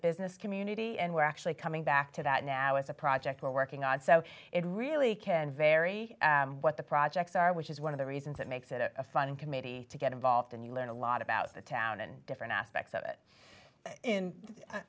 business community and we're actually coming back to that now with a project we're working on so it really can vary what the projects are which is one of the reasons that makes it a fun committee to get involved and you learn a lot about the town and different aspects of it